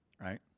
right